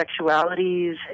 sexualities